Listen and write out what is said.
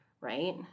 right